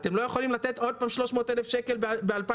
אתם לא יכולים לתת עוד פעם 300,000 שקל ב-2022.